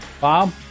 Bob